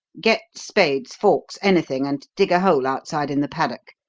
get spades, forks, anything, and dig a hole outside in the paddock,